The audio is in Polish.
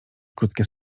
krótkie